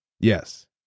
Yes